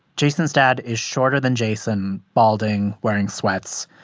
jason's dad is shorter than jason, balding, wearing sweats.